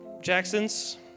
Jacksons